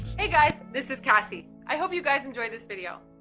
hey guys, this is cassie. i hope you guys enjoy this video.